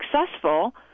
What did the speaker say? successful